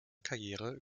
karriere